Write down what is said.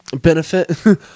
benefit